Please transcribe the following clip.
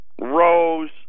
rose